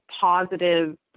positive